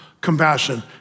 compassion